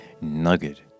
nugget